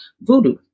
voodoo